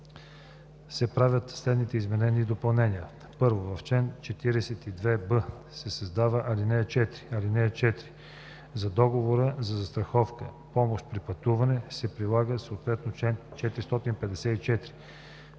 се правят следните изменения и допълнения: 1. В чл. 426 се създава ал. 4: „(4) За договора за застраховка „Помощ при пътуване“ се прилага съответно чл. 454